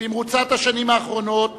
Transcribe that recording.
במרוצת השנים האחרונות